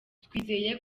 twizeye